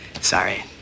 Sorry